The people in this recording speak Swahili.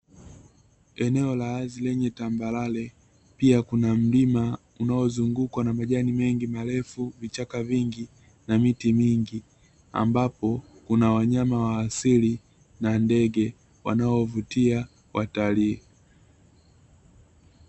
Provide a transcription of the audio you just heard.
Eneo la ardhi lenye tambarare pia kuna mlima unaozungukwa na majani mengi marefu, vichaka vingi na miti mingi ambapo kuna wanyama wa asili na ndege wanaowavutia watalii.